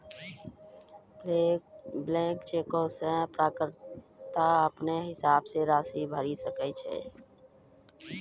blank चेको मे प्राप्तकर्ता अपनो हिसाबो से राशि भरि सकै छै